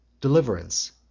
deliverance